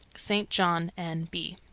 st. john, n b.